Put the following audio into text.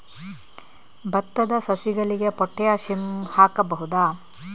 ಭತ್ತದ ಸಸಿಗಳಿಗೆ ಪೊಟ್ಯಾಸಿಯಂ ಹಾಕಬಹುದಾ?